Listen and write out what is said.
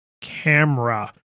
camera